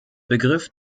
begriff